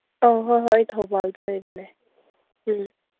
ꯑꯧ ꯍꯣꯏ ꯍꯣꯏ ꯑꯩ ꯊꯧꯕꯥꯜꯗ ꯂꯩꯕꯅꯦ ꯎꯝ